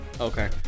Okay